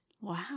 Wow